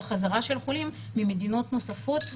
רואים חזרה של חולים ממדינות נוספות לישראל,